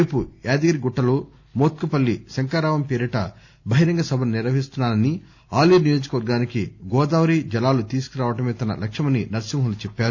రేపు యాదగిరిగుట్టలో మోత్కుపల్లి శంఖారావం పేరిట బహిరంగసభను నిర్వహిస్తున్నానని ఆలేరు నియోజకవర్గానికి గోదావరి జలాలు తీసుకరావటమే తన లక్ష్యమని నర్సింహులు చెప్పారు